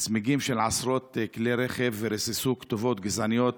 צמיגים של עשרות כלי רכב וריססו כתובות גזעניות